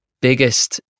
biggest